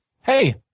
Hey